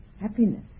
happiness